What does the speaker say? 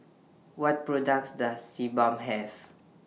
What products Does Sebamed Have